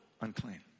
unclean